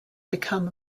become